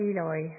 Eloi